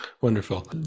wonderful